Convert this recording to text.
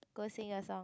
go sing a song